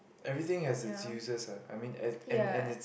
everything has its uses ah I mean and and and it's